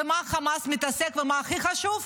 במה החמאס מתעסק ומה הכי חשוב?